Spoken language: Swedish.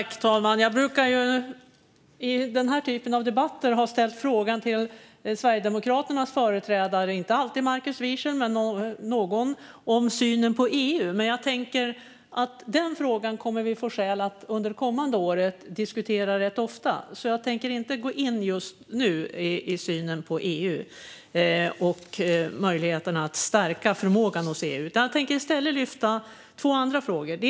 Fru talman! Jag brukar i den här typen av debatter fråga Sverigedemokraternas företrädare - inte alltid Markus Wiechel - om synen på EU. Denna fråga kommer vi dock att få skäl att diskutera rätt ofta under det kommande året, så jag tänker inte gå in på synen på EU och möjligheterna att stärka förmågan hos EU just nu. Jag tänker i stället ta upp andra frågor.